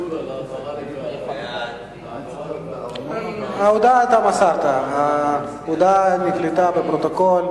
הצעת ועדת הכנסת להעביר את הצעת חוק זכויות